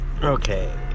Okay